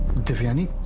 devyani